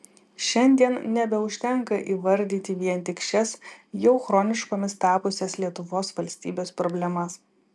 šiandien nebeužtenka įvardyti vien tik šias jau chroniškomis tapusias lietuvos valstybės problemas